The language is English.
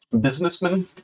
businessman